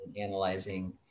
analyzing